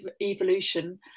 evolution